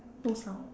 no sound